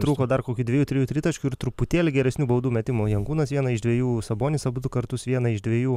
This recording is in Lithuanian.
trūko dar kokių dviejų trijų tritaškių ir truputėlį geresnių baudų metimų jankūnas vieną iš dviejų sabonis abudu kartus vieną iš dviejų